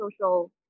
social